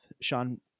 sean